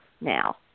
now